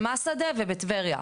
במסעדה ובטבריה.